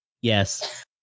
Yes